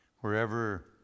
wherever